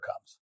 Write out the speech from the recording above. comes